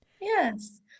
Yes